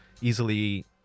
easily